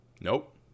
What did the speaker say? Nope